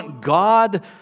God